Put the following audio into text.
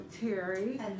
Terry